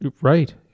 Right